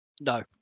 No